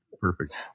perfect